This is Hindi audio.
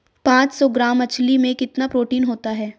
पांच सौ ग्राम मछली में कितना प्रोटीन होता है?